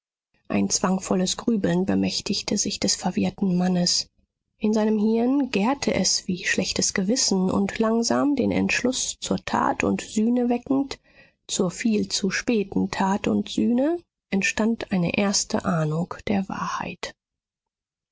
ein zwangvolles grübeln bemächtigte sich des verwirrten mannes in seinem hirn gährte es wie schlechtes gewissen und langsam den entschluß zur tat und sühne weckend zur viel zu späten tat und sühne entstand eine erste ahnung der wahrheit